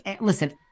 listen